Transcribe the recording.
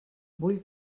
vull